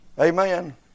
Amen